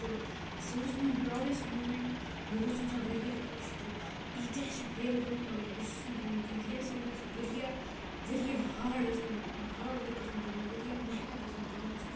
تہٕ سُہ اوس میون پرٛاوڈٮ۪سٹ موٗمٮ۪نٛٹ بہٕ گوٚوس تَمہِ ساتہٕ واریاہ خۄش کہِ ییٖتیٛاہ چھِ فیل گٔمٕتۍ مگر بہٕ چھُس نہٕ گوٚمُت کینٛہہ تِکیٛازِکہِ مےٚ ٲس واریاہ واریاہ ہاڈ ٲس مےٚ ہاڈ ؤرٕک ٲس مےٚ کٔرمٕژ واریاہ محنت ٲس مےٚ کٔرمٕژ